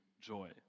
joy